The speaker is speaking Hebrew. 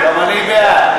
גם אני בעד.